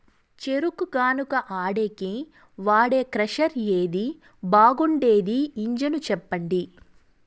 చెరుకు గానుగ ఆడేకి వాడే క్రషర్ ఏది బాగుండేది ఇంజను చెప్పండి?